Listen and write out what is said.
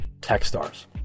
Techstars